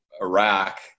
Iraq